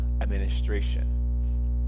administration